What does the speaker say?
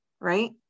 right